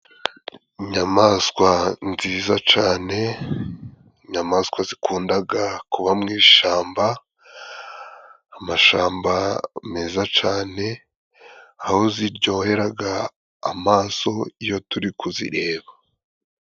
Inyamaswa nziza cane, inyamaswa zikundaga kuba mu ishamba, amashamba meza cane aho ziryoheraga amaso iyo turi kuzireba.